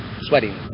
sweating